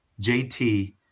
JT